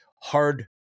hard